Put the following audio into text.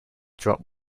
drop